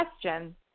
question